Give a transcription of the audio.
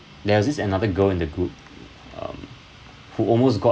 there was this another girl in the group um who almost got